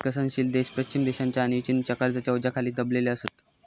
विकसनशील देश पश्चिम देशांच्या आणि चीनच्या कर्जाच्या ओझ्याखाली दबलेले असत